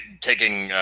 taking –